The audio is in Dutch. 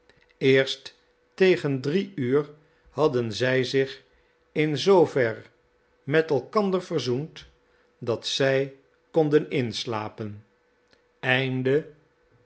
eerst tegen drie uur hadden zij zich in zoover met elkander verzoend dat zij konden inslapen